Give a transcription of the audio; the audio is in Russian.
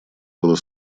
было